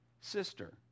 sister